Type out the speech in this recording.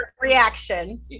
reaction